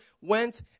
went